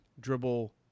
dribble